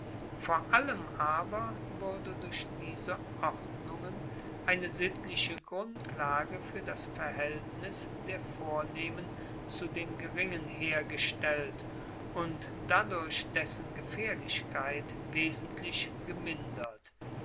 vor allem aber wurde durch diese ordnungen eine sittliche grundlage fuer das verhaeltnis der vornehmen zu den geringen hergestellt und dadurch dessen gefaehrlichkeit wesentlich gemindert